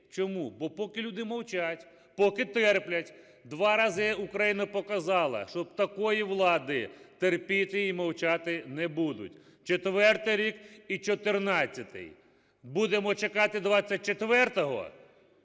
Чому? Бо поки люди мовчать, поки терплять. Два рази Україна показала, що такої влади терпіти і мовчати не будуть. Четвертий рік і 14-й, будемо чекати 24-го?